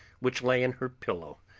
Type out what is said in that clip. which lay in her pillow,